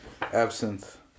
absinthe